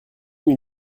nuit